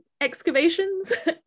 excavations